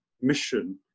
mission